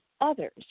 others